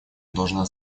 должна